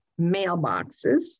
mailboxes